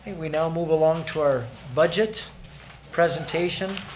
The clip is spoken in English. and we now move along to our budget presentation.